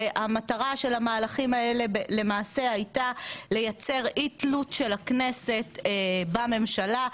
והמטרה של המהלכים האלה הייתה לייצר אי תלות של הכנסת בממשלה,